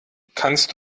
kannst